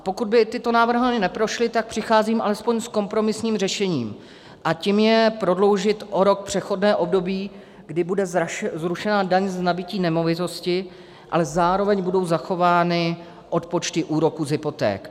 Pokud by tyto návrhy neprošly, tak přicházím alespoň s kompromisním řešením a tím je prodloužit o rok přechodné období, kdy bude zrušena daň z nabytí nemovitosti, ale zároveň budou zachovány odpočty úroků z hypoték.